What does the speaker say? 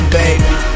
baby